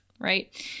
right